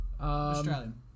Australian